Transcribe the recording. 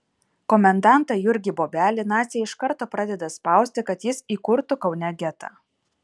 komendantą jurgį bobelį naciai iš karto pradeda spausti kad jis įkurtų kaune getą